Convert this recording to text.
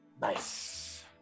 Nice